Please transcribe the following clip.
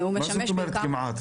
מה זאת אומרת "כמעט"?